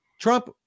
trump